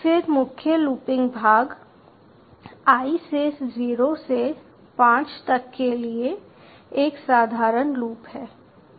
फिर मुख्य लूपिंग भाग i से 0 से 5 तक के लिए एक साधारण लूप है